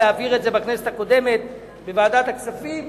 להעביר את זה בכנסת הקודמת לוועדת הכספים,